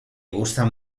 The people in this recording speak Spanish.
gustan